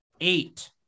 eight